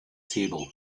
table